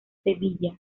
sevilla